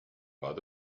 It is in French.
pas